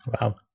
Wow